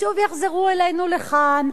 ושוב יחזרו אלינו לכאן,